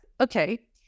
okay